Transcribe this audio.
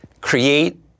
create